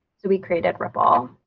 so we created ripple.